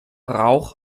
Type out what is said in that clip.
rauch